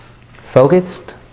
focused